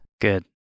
Good